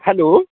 hello